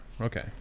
Okay